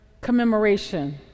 commemoration